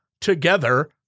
together